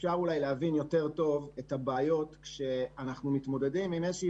אפשר אולי להבין יותר טוב את הבעיות שאנחנו מתמודדים איתן.